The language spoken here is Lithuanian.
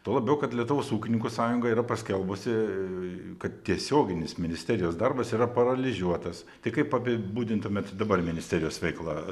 tuo labiau kad lietuvos ūkininko sąjunga yra paskelbusi kad tiesioginis ministerijos darbas yra paralyžiuotas tai kaip apibūdintumėt dabar ministerijos veiklą